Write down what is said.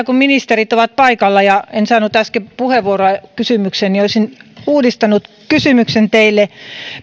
kun ministerit ovat paikalla ja en saanut äsken puheenvuoroa kysymykseeni olisin uudistanut kysymyksen teille